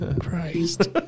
Christ